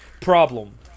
problem